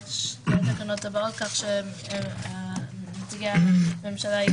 שני קבצי התקנות ביחד עם התייחסות שלכן.